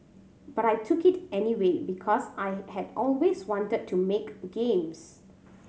but I took it anyway because I had always wanted to make games